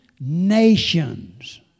nations